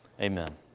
Amen